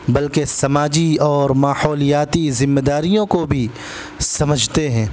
بلکہ سماجی اور ماحولیاتی ذمہ داریوں کو بھی سمجھتے ہیں